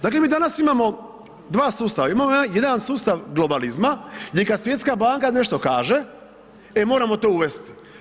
Dakle, mi danas imamo dva sustava, imamo jedan sustav globalizma gdje kad Svjetska banka nešto kaže e moramo to uvesti.